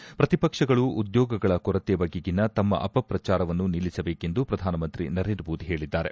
ಹಾಗಾಗಿ ಪ್ರತಿಪಕ್ಷಗಳು ಉದ್ದೋಗಗಳ ಕೊರತೆ ಬಗೆಗಿನ ತಮ್ಮ ಅಪಪ್ರಚಾರವನ್ನು ನಿಲ್ಲಿಸಬೇಕೆಂದು ಪ್ರಧಾನಮಂತ್ರಿ ನರೇಂದ್ರ ಮೋದಿ ಹೇಳಿದ್ದಾರೆ